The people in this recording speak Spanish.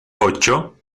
ocho